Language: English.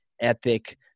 epic